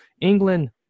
England